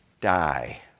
die